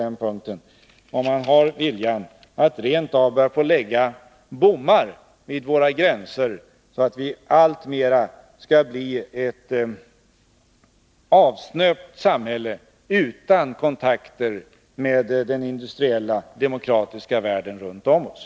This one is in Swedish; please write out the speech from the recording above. Hermansson om han rent av vill fälla ned bommar vid våra gränser, så att vi blir ett alltmer snöpt samhälle utan kontakter med den industriella demokratiska världen runt om oss.